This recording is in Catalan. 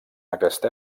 aquesta